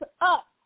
up